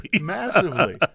Massively